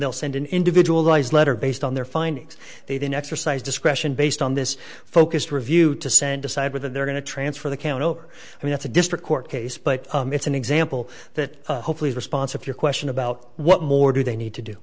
they'll send an individual lies letter based on their findings they then exercise discretion based on this focused review to send decide whether they're going to transfer the can over i mean at the district court case but it's an example that hopefully response of your question about what more do they need to do